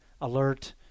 alert